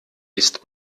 ist